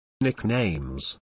Nicknames